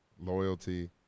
loyalty